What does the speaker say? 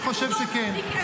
אני חושב שכן.